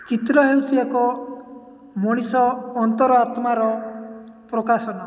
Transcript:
ଚିତ୍ର ହେଉଛି ଏକ ମଣିଷ ଅନ୍ତରଆତ୍ମାର ପ୍ରକାଶନ